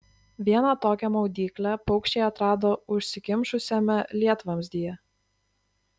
vieną tokią maudyklę paukščiai atrado užsikimšusiame lietvamzdyje